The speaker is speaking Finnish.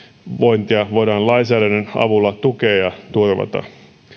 hyvinvointia voidaan lainsäädännön avulla tukea turvata